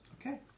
Okay